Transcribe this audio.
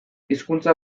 hizkuntza